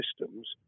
systems